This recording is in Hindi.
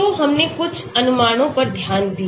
तो हमने कुछ अनुमानों पर ध्यान दिया